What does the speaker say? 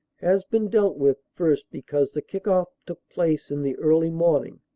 has been dealt with first because the kick-off took place in the early morning,